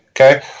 okay